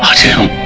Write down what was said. to